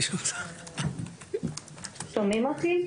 שומעים אותי?